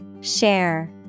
Share